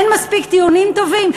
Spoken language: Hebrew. אין מספיק טיעונים טובים?